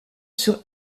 sur